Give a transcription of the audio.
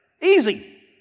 Easy